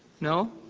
No